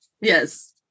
Yes